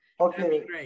Okay